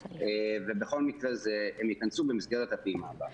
בכל מקרה הם ייכנסו במסגרת הפעימה הבאה.